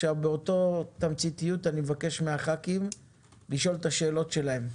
באותה תמציתיות אני מבקש מחברי הכנסת לשאול את השאלות שלהם.